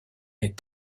est